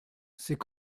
c’est